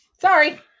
Sorry